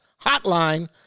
hotline